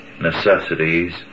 necessities